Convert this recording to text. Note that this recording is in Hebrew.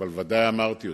אבל ודאי אמרתי אותם.